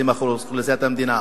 20% מאוכלוסיית המדינה.